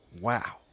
wow